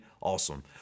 awesome